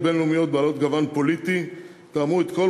בין-לאומיות בעלות גוון פוליטי יתאמו את כל